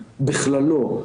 אנחנו זה בית חולים שלוותה.